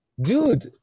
dude